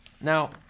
Now